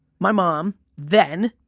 my mom then